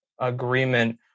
agreement